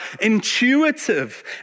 intuitive